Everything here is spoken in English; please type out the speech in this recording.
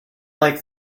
like